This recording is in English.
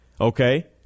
Okay